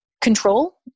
control